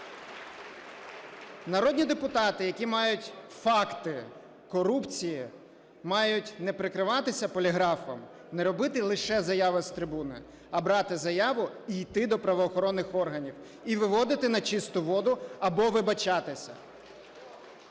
Народні депутати, які мають факти корупції, мають не прикриватися поліграфом, не робити лише заяви з трибуни, а брати заяву і йти до правоохоронних органів, і виводити на чисту воду або вибачатися.